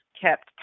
kept